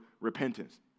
repentance